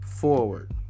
forward